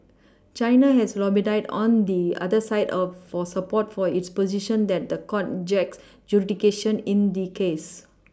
China has lobbied on the other side of for support for its position that the court jacks jurisdiction in the case